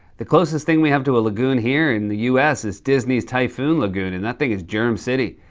the closest thing we have to a lagoon here in the u s. is disney's typhoon lagoon, and that thing is germ city.